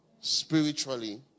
spiritually